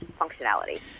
functionality